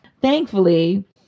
thankfully